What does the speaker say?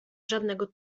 żadnego